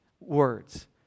words